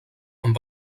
amb